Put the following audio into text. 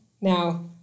now